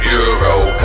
Bureau